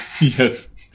Yes